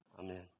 amen